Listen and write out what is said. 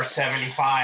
75